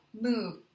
move